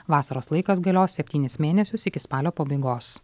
vasaros laikas galios septynis mėnesius iki spalio pabaigos